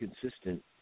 consistent